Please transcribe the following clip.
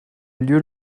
lieu